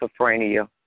schizophrenia